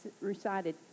recited